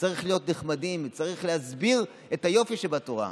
צריך להיות נחמדים וצריך להסביר את היופי שבתורה,